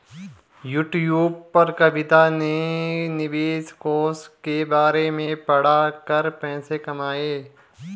YouTube पर कविता ने निवेश कोष के बारे में पढ़ा कर पैसे कमाए